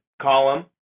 column